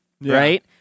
right